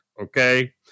okay